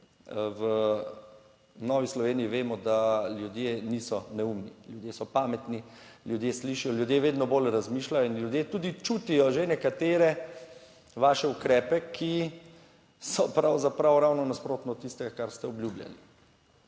v Novi Sloveniji vemo, da ljudje niso neumni. Ljudje so pametni, ljudje slišijo, ljudje vedno bolj razmišljajo in ljudje tudi čutijo že nekatere vaše ukrepe, ki so pravzaprav ravno nasprotno od tistega, kar ste obljubljali.